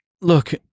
Look